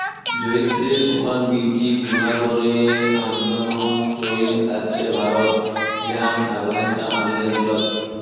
জয়িত্রির শুকান বীচি গুঁড়া করি আন্দনোত চৈল আছে ভারত, ইরান, আফগানিস্তান আদি দ্যাশ গুলাত